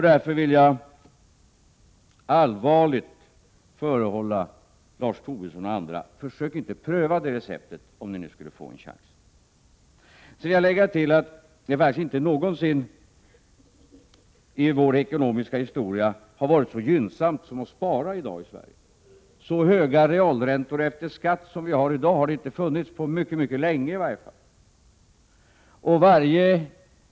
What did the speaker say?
Därför vill jag allvarligt råda Lars Tobisson och andra att inte pröva det receptet, om ni nu skulle få en chans. Låt mig tillägga att det faktiskt aldrig någonsin tidigare i vår ekonomiska historia har varit så gynnsamt att spara som i dag. Så höga realräntor efter skatt som vi har i dag har det i varje fall inte funnits på mycket länge.